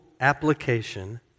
application